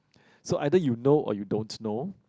so either you know or you don't know